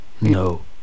No